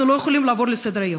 אנחנו לא יכולים לעבור לסדר-היום.